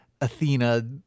athena